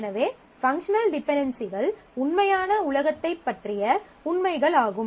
எனவே பங்க்ஷனல் டிபென்டென்சிகள் உண்மையான உலகத்தைப் பற்றிய உண்மைகளாகும்